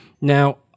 Now